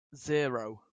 zero